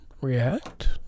react